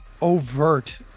overt